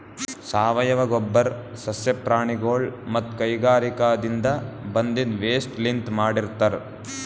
ಸಾವಯವ ಗೊಬ್ಬರ್ ಸಸ್ಯ ಪ್ರಾಣಿಗೊಳ್ ಮತ್ತ್ ಕೈಗಾರಿಕಾದಿನ್ದ ಬಂದಿದ್ ವೇಸ್ಟ್ ಲಿಂತ್ ಮಾಡಿರ್ತರ್